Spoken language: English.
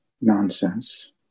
nonsense